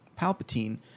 Palpatine